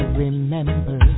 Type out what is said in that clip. remember